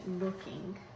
looking